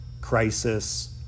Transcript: crisis